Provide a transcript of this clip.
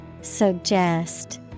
Suggest